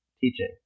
teaching